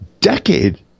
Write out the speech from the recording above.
decade